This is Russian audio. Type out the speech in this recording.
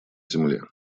земле